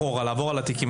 אחורה לעבור על התיקים,